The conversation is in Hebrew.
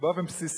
פגום באופן בסיסי.